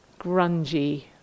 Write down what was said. grungy